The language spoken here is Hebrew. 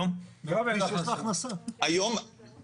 ומה קורה היום?